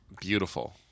Beautiful